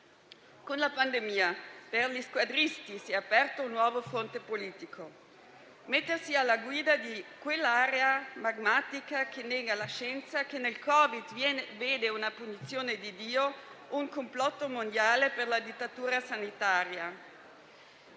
Con la pandemia per gli squadristi si è aperto un nuovo fronte politico: mettersi alla guida di quell'area magmatica che nega la scienza e vede nel Covid una punizione di Dio e un complotto mondiale per la dittatura sanitaria,